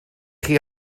chi